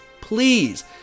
please